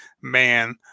man